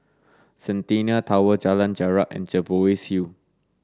Centennial Tower Jalan Jarak and Jervois Hill